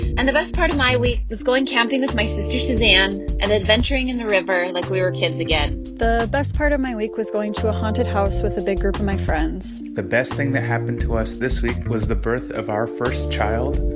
and the best part of my week was going camping with my sister suzanne and adventuring in the river like we were kids again the best part of my week was going to a haunted house with a big group of my friends the best thing that happened to us this week was the birth of our first child,